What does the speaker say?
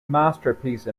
masterpiece